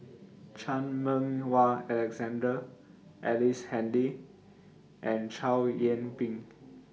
Chan Meng Wah Alexander Ellice Handy and Chow Yian Ping